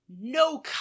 no